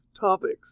topics